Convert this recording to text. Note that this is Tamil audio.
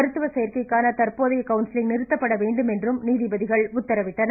மருத்துவ சேர்க்கைக்கான தந்போதைய கவுன்சிலிங் நிறுத்தப்பட வேண்டும் என்றும் நீதிபதிகள் உத்தரவிட்டனர்